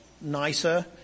nicer